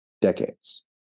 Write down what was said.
Decades